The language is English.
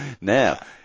Now